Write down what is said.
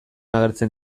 agertzen